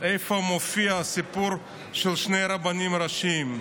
איפה מופיע הסיפור של שני רבנים ראשיים.